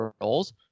roles